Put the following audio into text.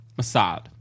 Massad